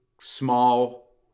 small